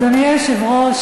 אדוני היושב-ראש,